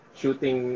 shooting